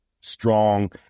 strong